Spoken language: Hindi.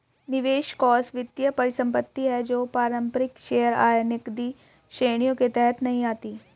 निवेश कोष वित्तीय परिसंपत्ति है जो पारंपरिक शेयर, आय, नकदी श्रेणियों के तहत नहीं आती